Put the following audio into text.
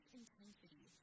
intensity